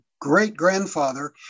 great-grandfather